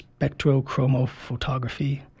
spectrochromophotography